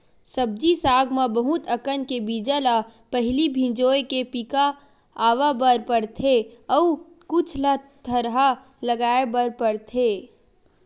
सब्जी साग म बहुत अकन के बीजा ल पहिली भिंजोय के पिका अवा बर परथे अउ कुछ ल थरहा लगाए बर परथेये